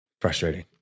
Frustrating